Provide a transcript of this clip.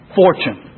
fortune